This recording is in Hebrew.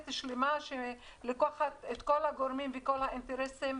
שלמה שלוקחת את כל הגורמים וכל האינטרסים,